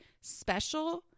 special